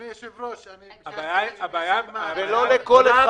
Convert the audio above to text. אני יכול להביא יותר מקרים שאני ביקשתי מהם ולא נעניתי,